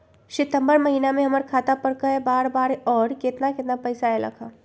सितम्बर महीना में हमर खाता पर कय बार बार और केतना केतना पैसा अयलक ह?